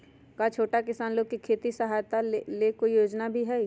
का छोटा किसान लोग के खेती सहायता के लेंल कोई योजना भी हई?